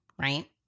right